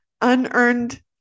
unearned